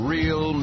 Real